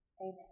Amen